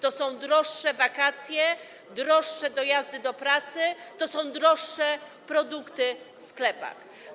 To są droższe wakacje, droższe dojazdy do pracy, to są droższe produkty w sklepach.